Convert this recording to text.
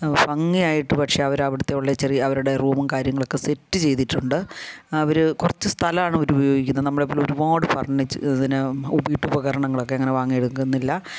ഭംഗിയായിട്ട് പക്ഷേ അവർ അവിടെ അവിടെയുള്ള ചെറിയ അവരുടെ റൂമും കാര്യങ്ങളൊക്കെ സെറ്റ് ചെയ്തിട്ടുണ്ട് അവർ കുറച്ച് സ്ഥലമാണ് അവർ ഉപയോഗിക്കുന്നത് നമ്മളെ പോലെ ഒരുപാട് ഫർണീച്ച് പിന്നെ വീട്ടുപകരണങ്ങളൊക്കെ അങ്ങനെ വാങ്ങി എടുക്കുന്നില്ല